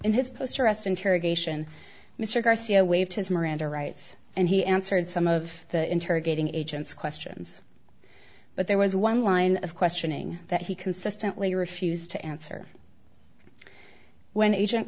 interrogation mr garcia waived his miranda rights and he answered some of the interrogating agents questions but there was one line of questioning that he consistently refused to answer when the agent